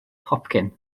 hopcyn